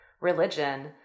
religion